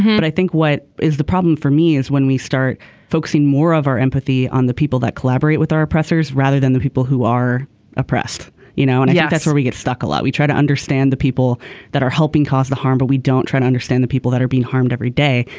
but i think what is the problem for me is when we start focusing more of our empathy on the people that collaborate with our oppressors rather than the people who are oppressed you know and yeah that's where we get stuck a lot we try to understand the people that are helping cause the harm but we don't try to understand the people that are being harmed every day.